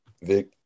Vic